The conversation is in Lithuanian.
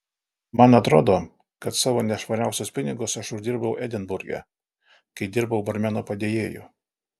man atrodo kad savo nešvariausius pinigus aš uždirbau edinburge kai dirbau barmeno padėjėju